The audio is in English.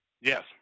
Yes